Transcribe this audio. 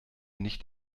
nicht